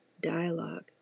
dialogue